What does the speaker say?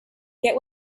get